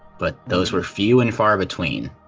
but those were few and far between.